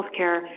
healthcare